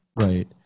Right